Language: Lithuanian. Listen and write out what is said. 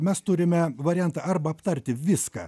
mes turime variantą arba aptarti viską